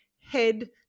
head